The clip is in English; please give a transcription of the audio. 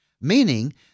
meaning